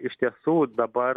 iš tiesų dabar